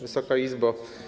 Wysoka Izbo!